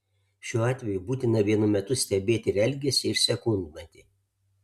šiuo atveju būtina vienu metu stebėti ir elgesį ir sekundmatį